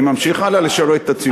אני ממשיך הלאה לשרת את הציבור.